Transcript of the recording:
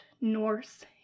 Norse